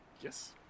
Yes